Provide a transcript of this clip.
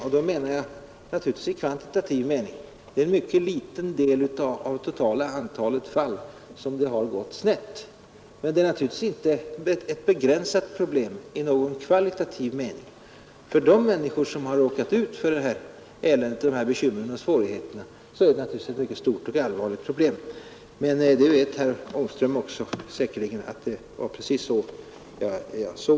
Då menar jag naturligtvis i kvantitativ mening. Det är i en mycket liten del av det totala antalet fall som det har gått snett. Men det är naturligtvis inte ett begränsat problem i någon kvalitativ mening. För de människor som har råkat ut för de här bekymren och svårigheterna är det naturligtvis ett mycket stort och allvarligt problem. Men herr Ångström vet säkerligen också att det var precis det jag avsåg.